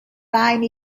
time